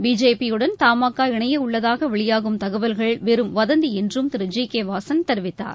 BJP யுடன் தமாகா இணையவுள்ளதாக வெளியாகும் தகவல்கள் வெறும் வதந்தி என்றும் திரு ஜி கே வாசன் தெரிவித்தார்